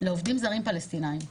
לעובדים זרים פלסטינים.